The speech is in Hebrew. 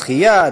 שחייה,